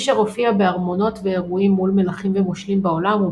פישר הופיע בארמונות ואירועים מול מלכים ומושלים בעולם,